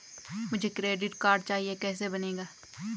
मुझे credit card चाहिए कैसे बनेगा?